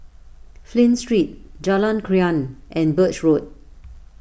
Flint Street Jalan Krian and Birch Road